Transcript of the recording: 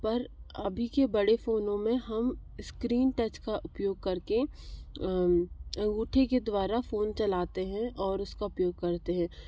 पर अभी के बड़े फ़ोनों मे हम स्क्रीन टच का उपयोग कर के अंगूठे के द्वारा फ़ोन चलाते हैं और उसका उपयोग करते हैं